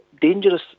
dangerous